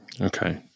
Okay